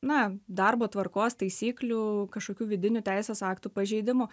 na darbo tvarkos taisyklių kažkokių vidinių teisės aktų pažeidimu